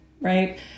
right